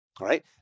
Right